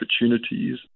opportunities